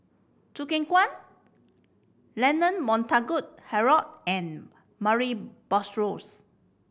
Choo Keng Kwang Leonard Montague Harrod and Murray Buttrose